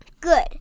good